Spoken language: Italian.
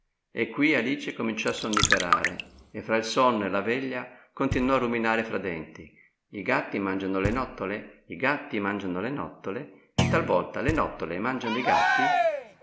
e quì alice cominciò a sonniferare e fra il sonno e la veglia continuò a ruminare fra denti i gatti mangiano le nottole i gatti mangiano le nottole e talvolta le nottole mangiano i gatti